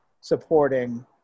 supporting